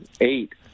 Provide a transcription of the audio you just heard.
eight